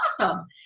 awesome